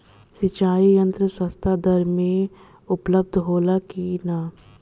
सिंचाई यंत्र सस्ता दर में उपलब्ध होला कि न?